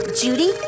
Judy